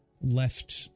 left